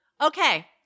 Okay